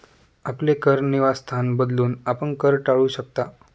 आपले कर निवासस्थान बदलून, आपण कर टाळू शकता